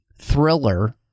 thriller